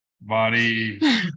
body